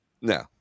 No